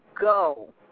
go